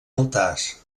altars